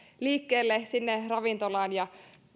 liikkeelle sinne ravintolaan ja